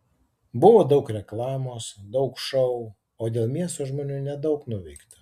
buvo daug reklamos daug šou o dėl miesto žmonių nedaug nuveikta